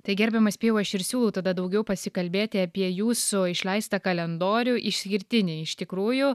tai gerbiamas pijau aš ir siūlau tada daugiau pasikalbėti apie jūsų išleistą kalendorių išskirtinį iš tikrųjų